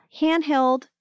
handheld